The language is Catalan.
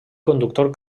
conductor